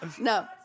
No